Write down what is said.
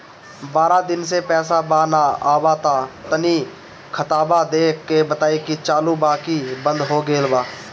बारा दिन से पैसा बा न आबा ता तनी ख्ताबा देख के बताई की चालु बा की बंद हों गेल बा?